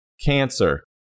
Cancer